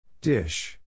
Dish